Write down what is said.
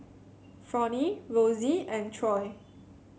Fronnie Rosey and Troy